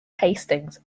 hastings